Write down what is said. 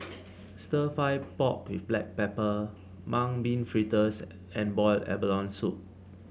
stir fry pork with Black Pepper Mung Bean Fritters and Boiled Abalone Soup